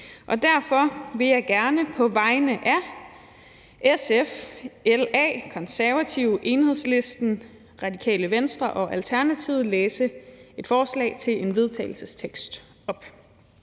Derfor vil jeg gerne på vegne af SF, LA, Konservative, Enhedslisten, Radikale Venstre og Alternativet læse et forslag til vedtagelse op: